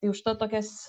tai užtat tokias